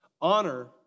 Honor